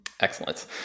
Excellent